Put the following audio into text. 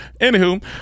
Anywho